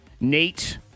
Nate